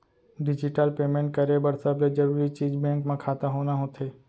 digital payment करे बर सबले जरूरी चीज बेंक म खाता होना होथे